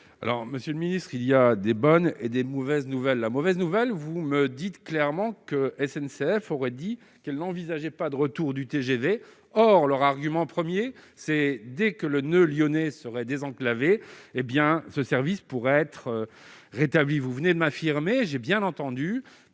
Alors Monsieur le ministre, il y a des bonnes et des mauvaises nouvelles, la mauvaise nouvelle, vous me dites clairement que SNCF aurait dit qu'elle n'envisageait pas de retour du TGV, or leur argument 1er c'est dès que le noeud lyonnais seraient désenclaver, hé bien ce service pourrait être rétabli, vous venez de m'affirmer, j'ai bien entendu